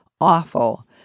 awful